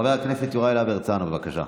חבר הכנסת יוראי להב הרצנו, בבקשה.